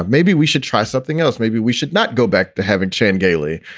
maybe we should try something else. maybe we should not go back to having chan gailey,